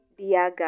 Diaga